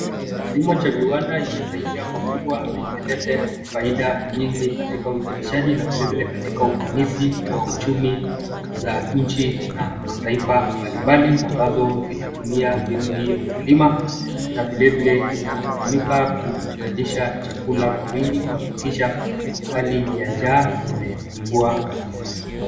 Kilimo cha viwanda imesaidia pakubwa na imelete faida nyingi katika uzalishaji, na vilevile katika ufanisi wa uchumi za nchi na mataifa mbalimbali, ambazo zinatumia mbinu hii ya ukulima, na vilevile inatumika kuzalisha chakula kwa wingi kuhakikisha hali ya njaa imepungua kabisa.